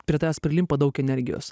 prie tavęs prilimpa daug energijos